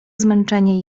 zmęczenie